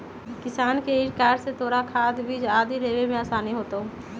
किसान credit card से तोरा खाद, बीज आदि लेवे में आसानी होतउ